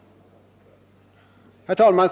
Herr talman!